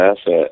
asset